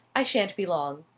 i sha'n't be long.